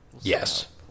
yes